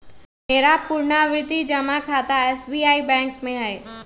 मेरा पुरनावृति जमा खता एस.बी.आई बैंक में हइ